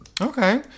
Okay